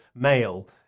male